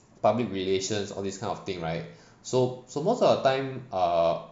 public relations all this kind of thing right so so most of the time err